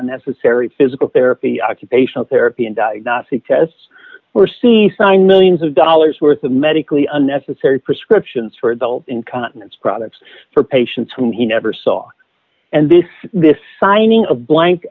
unnecessary physical therapy occupational therapy and diagnostic tests or see sign millions of dollars worth of medically unnecessary prescriptions for adult incontinence products for patients whom he never saw and this this signing of blank